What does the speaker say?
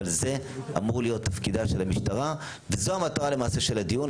אבל זה אמור להיות תפקידה של המשטרה וזו המטרה למעשה של הדיון.